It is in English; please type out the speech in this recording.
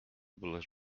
bless